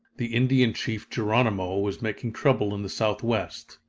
the indian chief geronimo was making trouble in the southwest.